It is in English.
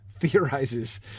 theorizes